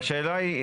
היא,